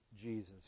Jesus